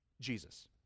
Jesus